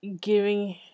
giving